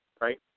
right